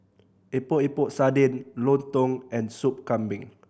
Epok Epok Sardin lontong and Soup Kambing